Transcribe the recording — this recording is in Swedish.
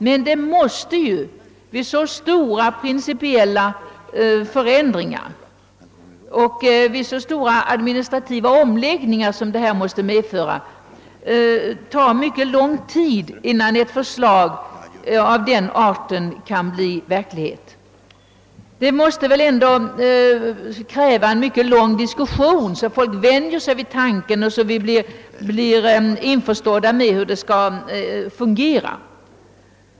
Men vid så stora principiella förändringar och så stora administrativa omläggningar som detta måste medföra tar det uppenbarligen lång tid innan ett förslag kan bli verklighet. Beslutet måste därför föregås av en ingående diskussion, så att människorna blir införstådda med hur systemet skall fungera.